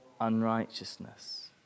unrighteousness